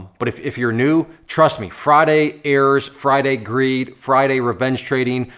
but if if you're new, trust me, friday errors, friday greed, friday revenge trading,